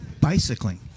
Bicycling